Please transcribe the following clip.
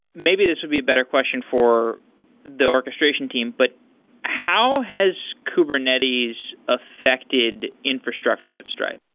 maybe this would be a better question for the orchestration team, but how has kubernetes affected infrastructure at stripe?